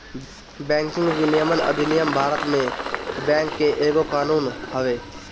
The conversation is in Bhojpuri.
बैंकिंग विनियमन अधिनियम भारत में बैंक के एगो कानून हवे